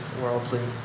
worldly